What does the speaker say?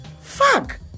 Fuck